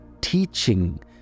teaching